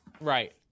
right